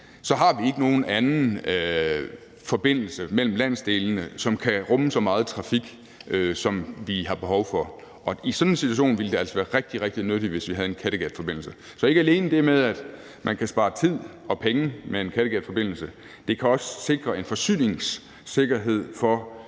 så har vi ikke nogen anden forbindelse mellem landsdelene, som kan rumme så meget trafik, som vi har behov for, og i sådan en situation ville det altså være rigtig, rigtig nyttigt, hvis vi havde en Kattegatforbindelse. Så det er ikke alene det med, at man kan spare tid og penge med en Kattegatforbindelse, men at det også kan sikre en forsyningssikkerhed for